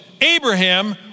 Abraham